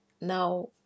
now